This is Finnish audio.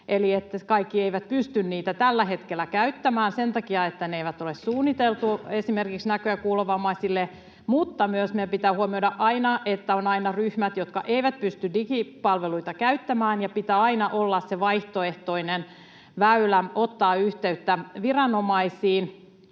eli että kaikki eivät pysty niitä tällä hetkellä käyttämään sen takia, että ne eivät ole suunniteltu esimerkiksi näkö- ja kuulovammaisille. Mutta meidän pitää myös huomioida aina, että on ryhmiä, jotka eivät pysty digipalveluita käyttämään, ja pitää aina olla se vaihtoehtoinen väylä ottaa yhteyttä viranomaisiin